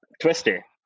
Twister